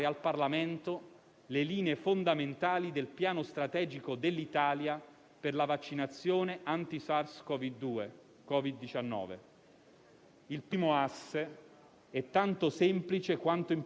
Il primo asse è tanto semplice quanto importante: l'acquisto del vaccino è centralizzato e verrà somministrato gratuitamente a tutti gli italiani.